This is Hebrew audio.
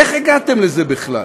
איך הגעתם לזה בכלל?